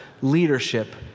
leadership